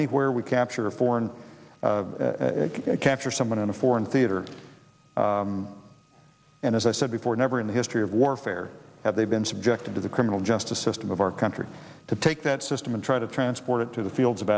anywhere we capture a foreign capture someone in a foreign theater and as i said before never in the history of warfare have they been subjected to the criminal justice system of our country to take that system and try to transport it to the fields of